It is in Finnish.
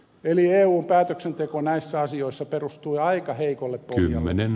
eli eun päätöksenteko näissä asioissa perustuu aika heikolle pohjalle